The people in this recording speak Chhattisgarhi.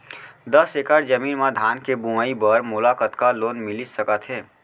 दस एकड़ जमीन मा धान के बुआई बर मोला कतका लोन मिलिस सकत हे?